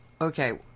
okay